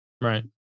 Right